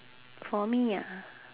for me ah